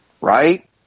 right